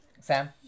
Sam